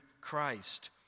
Christ